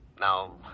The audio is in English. Now